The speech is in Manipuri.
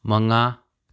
ꯃꯉꯥ